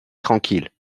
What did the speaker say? tranquille